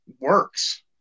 works